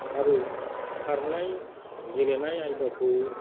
आरो खारनाय गेलेनाय आयदाखौ